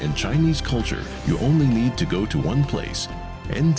in chinese culture you only need to go to one place and